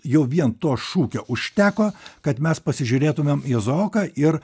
jau vien to šūkio užteko kad mes pasižiūrėtumėm izaoką ir